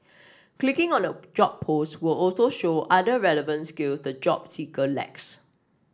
clicking on a job post will also show other relevant skill the job seeker lacks